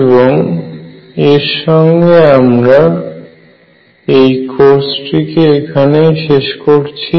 এবং এর সঙ্গে আমরা এই কোর্সটিকে এখানেই শেষ করছি